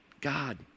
God